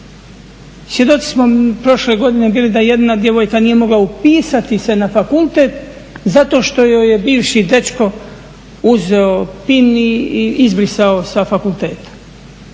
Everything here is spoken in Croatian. Svjedoci smo prošle godine bili da jedna djevojka nije mogla upisati se na fakultet zato što joj je bivši dečko uzeo pin izbrisao sa fakulteta.